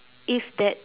if that